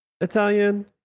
italian